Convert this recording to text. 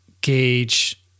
gauge